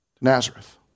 Nazareth